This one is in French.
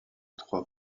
trois